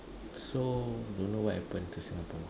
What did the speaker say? so don't know what happen to Singapore